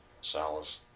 Salas